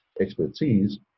expertise